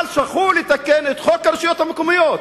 אבל שכחו לתקן את חוק הרשויות המקומיות.